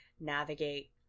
navigate